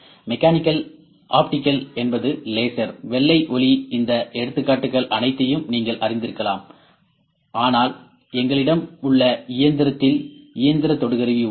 mechanical optical என்பது laser வெள்ளை ஒளி இந்த எடுத்துக்காட்டுகள் அனைத்தையும் நீங்கள் அறிந்திருக்கலாம் ஆனால் எங்களிடம் உள்ள இயந்திரத்தில் இயந்திர தொடு கருவி உள்ளது